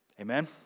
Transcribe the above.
Amen